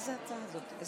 אם כך,